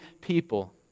people